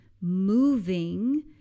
moving